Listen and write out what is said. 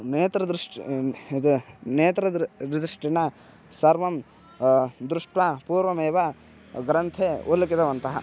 नेत्रदृष्टिः इद् नेत्रदृ दृष्टिना सर्वं दृष्ट्वा पूर्वमेव ग्रन्थे उल्लिखितवन्तः